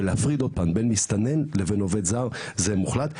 ולהפריד עוד פעם בין מסתנן לבין עובד זר זה מוחלט.